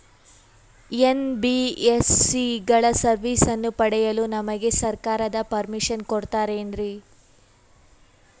NBSC ಗಳ ಸರ್ವಿಸನ್ನ ಪಡಿಯಲು ನಮಗೆ ಸರ್ಕಾರ ಪರ್ಮಿಷನ್ ಕೊಡ್ತಾತೇನ್ರೀ?